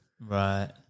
Right